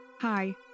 Hi